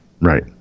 Right